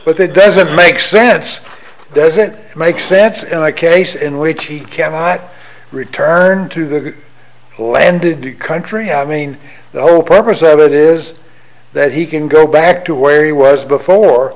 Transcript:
but that doesn't make sense doesn't make sense in my case in which he cannot return to the landed country i mean the whole purpose of it is that he can go back to where he was before